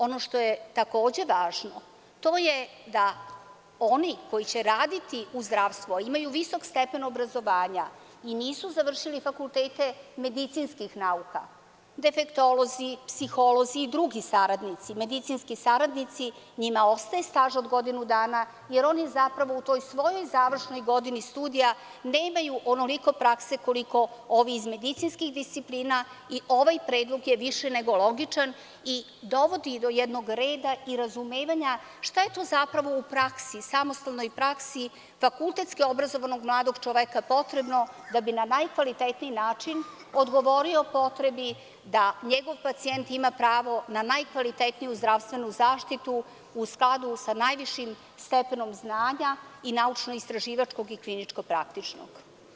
Ono što je takođe važno, to je da oni koji će raditi u zdravstvu, a imaju visok stepen obrazovanja i nisu završili fakultete medicinskih nauka, defektolozi, psiholozi i drugi saradnici, medicinski saradnici, njima ostaje staž od godinu dana jer oni zapravo u toj svojoj završnoj godini studija nemaju onoliko prakse koliko ovi iz medicinskih disciplina i ovaj predlog je više nego logičan i dovodi do jednog reda i razumevanja šta je to zapravo u praksi, samostalnoj praksi fakultetski obrazovanog mladog čoveka, potrebno da bi na najkvalitetniji način odgovorio potrebi da njegov pacijent ima pravo na najkvalitetniju zdravstvenu zaštitu u skladu sa najvišim stepenom znanja i naučno-istraživačkog i kliničko-praktičnog.